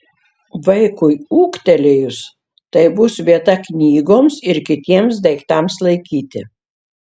vaikui ūgtelėjus tai bus vieta knygoms ir kitiems daiktams laikyti